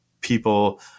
people